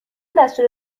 دستور